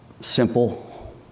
simple